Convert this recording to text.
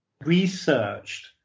researched